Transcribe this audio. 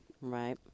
Right